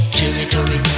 territory